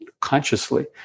consciously